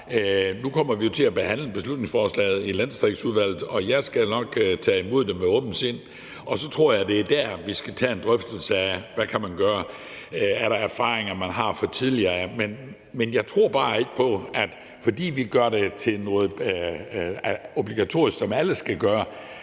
nu kommer til at behandle beslutningsforslaget i Landdistriktsudvalget, og jeg skal nok tage imod det med åbent sind. Jeg tror, det er der, vi skal tage en drøftelse af, hvad man kan gøre. Er der erfaringer, man har fra tidligere? Jeg tror bare ikke på, at fordi vi gør det til noget obligatorisk, som alle skal gøre,